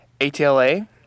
ATLA